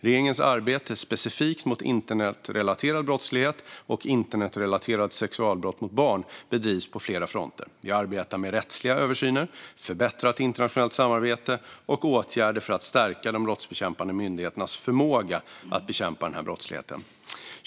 Regeringens arbete specifikt mot internetrelaterad brottslighet och internetrelaterade sexualbrott mot barn bedrivs på flera fronter. Vi arbetar med rättsliga översyner, förbättrat internationellt samarbete och åtgärder för att stärka de brottsbekämpande myndigheternas förmåga att bekämpa denna brottslighet.